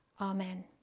Amen